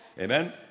Amen